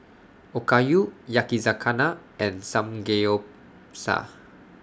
Okayu Yakizakana and Samgeyopsal